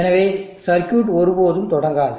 எனவே சர்க்யூட் ஒருபோதும் தொடங்காது